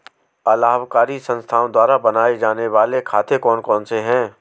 अलाभकारी संस्थाओं द्वारा बनाए जाने वाले खाते कौन कौनसे हैं?